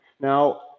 Now